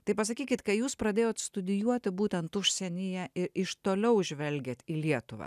tai pasakykit kai jūs pradėjot studijuoti būtent užsienyje iš toliau žvelgiant į lietuvą